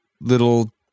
Little